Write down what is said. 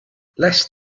less